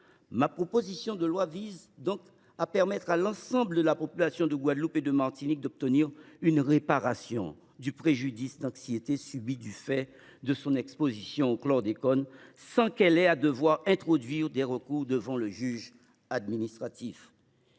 Ma proposition de loi vise donc à permettre à l’ensemble de la population de Guadeloupe et de Martinique d’obtenir réparation du préjudice d’anxiété subi du fait de son exposition au chlordécone sans avoir à introduire de recours devant le juge administratif.